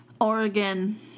Oregon